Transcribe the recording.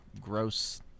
gross